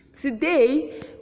Today